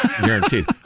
guaranteed